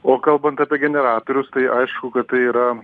o kalbant apie generatorius tai aišku kad tai yra